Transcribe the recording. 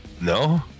No